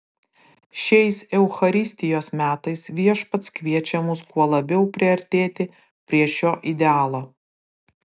šiais eucharistijos metais viešpats kviečia mus kuo labiau priartėti prie šio idealo